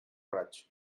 raig